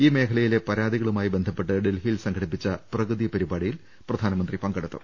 ഈ മേഖലയിലെ പരാതികളുമായി ബന്ധപ്പെട്ട് ഡൽഹിയിൽ സംഘടിപ്പിച്ച പ്രഗതി പ്രിപാടിയിൽ പ്രധാനമന്ത്രി പങ്കെടുത്തു